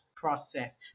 process